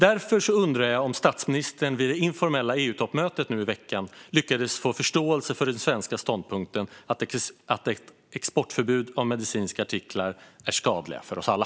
Jag undrar därför om statsministern vid det informella EU-toppmötet nu i veckan lyckades få förståelse för den svenska ståndpunkten om att exportförbud för medicinska artiklar är skadligt för oss alla.